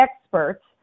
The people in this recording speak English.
experts